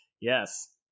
Yes